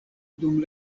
dum